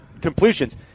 completions